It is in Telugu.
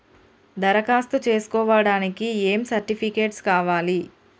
దరఖాస్తు చేస్కోవడానికి ఏ సర్టిఫికేట్స్ కావాలి?